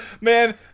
Man